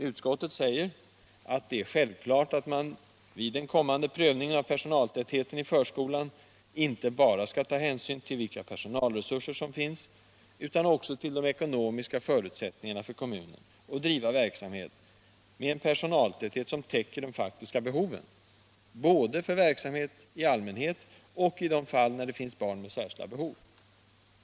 Utskottet säger att det är självklart att man vid den kommande prövningen av personaltätheten i förskolan inte skall ta hänsyn bara till vilka personalresurser som finns, utan även till de ekonomiska förutsättningarna för kommunerna att driva verksamheten med en personaltäthet som täcker de faktiska behoven, både för verksamheten i allmänhet och i de fall då det finns barn med särskilda behov.